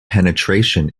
penetration